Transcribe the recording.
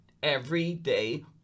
Everyday